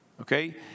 Okay